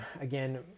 again